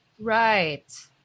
Right